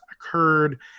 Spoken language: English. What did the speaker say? occurred